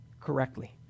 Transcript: correctly